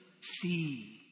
see